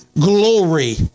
Glory